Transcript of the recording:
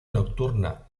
nocturna